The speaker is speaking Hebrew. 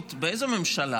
הבריאות באיזו ממשלה?